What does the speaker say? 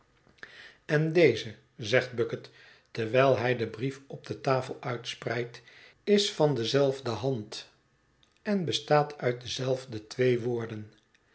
en deze zegt bucket terwijl hij den brief op de tafel uitspreidt is van dezelfde hand en bestaat uit dezelfde twee woorden